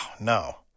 no